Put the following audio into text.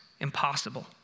impossible